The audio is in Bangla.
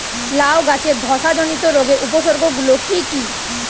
লাউ গাছের ধসা জনিত রোগের উপসর্গ গুলো কি কি?